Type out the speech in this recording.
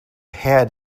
head